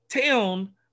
town